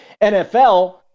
NFL